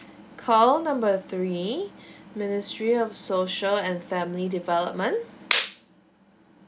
call number three ministry of social and family development